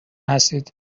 هستید